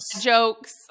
jokes